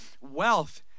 wealth